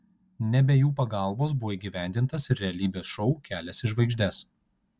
ne be jų pagalbos buvo įgyvendintas ir realybės šou kelias į žvaigždes